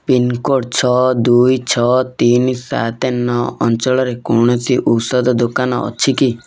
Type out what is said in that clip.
pincode ଛଅ ଦୁଇ ଛଅ ତିନି ସାତ ନଅ ଅଞ୍ଚଳରେ କୌଣସି ଔଷଧ ଦୋକାନ ଅଛି କି